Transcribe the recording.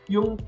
Yung